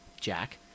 Jack